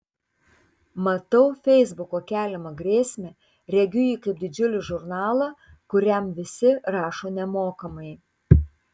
matau feisbuko keliamą grėsmę regiu jį kaip didžiulį žurnalą kuriam visi rašo nemokamai